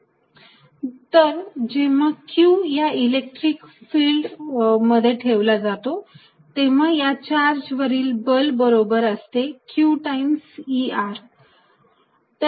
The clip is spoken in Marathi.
तर जेव्हा चार्ज q या इलेक्ट्रिक फिल्डमध्ये ठेवला जातो तेव्हा या चार्ज वरील बल बरोबर असते q टाइम्स Er